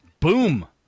Boom